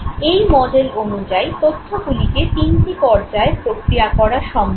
এই মডেল অনুযায়ী তথ্যগুলিকে তিনটি পর্যায়ে প্রক্রিয়া করা সম্ভব